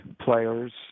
players